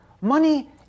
Money